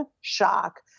shock